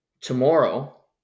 tomorrow